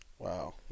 Wow